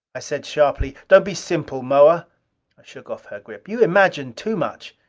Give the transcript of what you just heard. i said sharply, don't be simple, moa! i shook off her grip. you imagine too much.